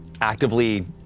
actively